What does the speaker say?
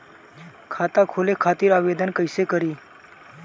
खाता खोले खातिर आवेदन कइसे करी?